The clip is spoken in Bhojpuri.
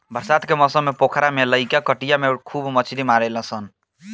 बरसात के मौसम पोखरा में लईका कटिया से खूब मछली मारेलसन